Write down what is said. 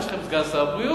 יש לכם סגן שר בריאות,